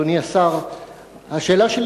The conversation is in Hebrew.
תודה,